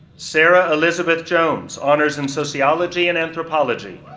sara elizabeth jones, honors in sociology and anthropology,